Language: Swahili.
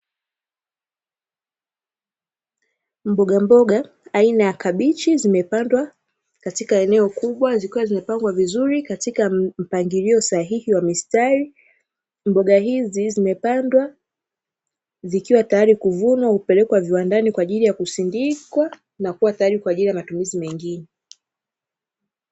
Mbogamboga aina ya Kabichi zimepandwa katika eneo kubwa, zikiwa zimepangwa vizuri katika mpangilio sahihi wa mistari. Mboga hizi zimepandwa zikiwa tayari kuvunwa, kupelekwa viwandani kwa ajili ya kusindikwa, na kuwa tayari kwa ajili ya matumizi mengine.